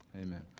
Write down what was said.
Amen